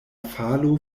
falo